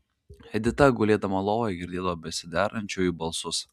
edita gulėdama lovoje girdėdavo besiderančiųjų balsus